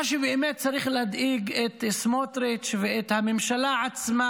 מה שבאמת צריך להדאיג את סמוטריץ' ואת הממשלה עצמה